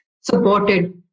supported